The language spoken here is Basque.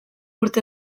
urte